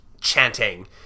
chanting